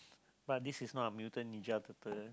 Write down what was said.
but this is not a Mutant Ninja Turtle